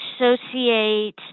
associate